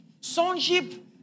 Sonship